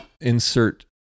insert